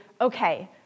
okay